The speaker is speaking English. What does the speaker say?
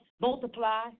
multiply